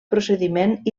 procediment